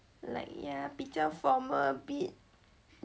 like ya 比较 formal a bit